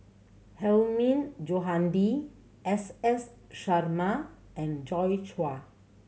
Hilmi Johandi S S Sarma and Joi Chua